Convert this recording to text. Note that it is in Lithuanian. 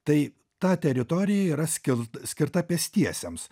tai ta teritorija yra skil skirta pėstiesiems